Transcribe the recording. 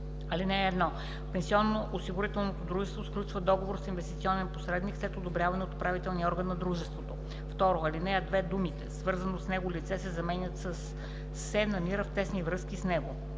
„(1) Пенсионноосигурителното дружество сключва договор с инвестиционен посредник след одобряване от управителния орган на дружеството.“ 2. В ал. 2 думите „е свързано с него лице“ се заменят със „се намира в тесни връзки с него“.